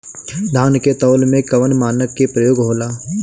धान के तौल में कवन मानक के प्रयोग हो ला?